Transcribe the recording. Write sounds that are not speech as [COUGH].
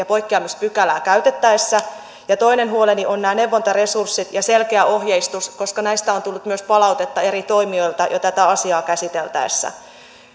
[UNINTELLIGIBLE] poikkeamispykälää käytettäessä ja toinen huoleni ovat nämä neuvontaresurssit ja selkeä ohjeistus koska näistä on tullut myös palautetta eri toimijoilta jo tätä asiaa käsiteltäessä